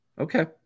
Okay